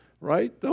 right